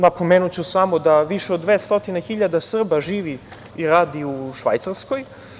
Napomenuću samo da više od 200.000 Srba živi i radi u Švajcarskoj.